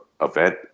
event